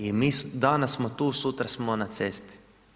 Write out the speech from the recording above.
I danas smo tu, sutra smo na cesti.